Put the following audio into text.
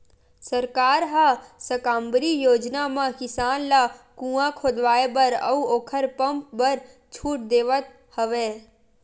सरकार ह साकम्बरी योजना म किसान ल कुँआ खोदवाए बर अउ ओखर पंप बर छूट देवथ हवय